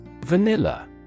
Vanilla